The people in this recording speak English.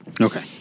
okay